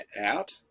out